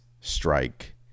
strike